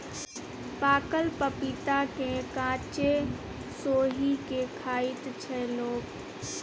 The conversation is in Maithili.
पाकल पपीता केँ कांचे सोहि के खाइत छै लोक